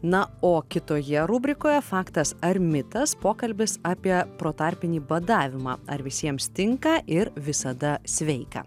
na o kitoje rubrikoje faktas ar mitas pokalbis apie protarpinį badavimą ar visiems tinka ir visada sveika